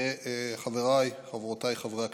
חבריי וחברותיי חברי הכנסת,